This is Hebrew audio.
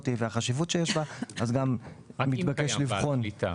והחשיבות שיש בה --- אם קיים בעל שליטה.